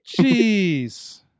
jeez